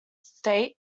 state